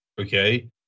okay